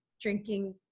drinking